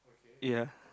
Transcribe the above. ya